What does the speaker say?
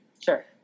Sure